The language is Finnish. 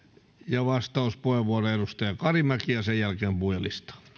vastauspuheenvuoro edustaja karimäki ja sen jälkeen puhujalistaan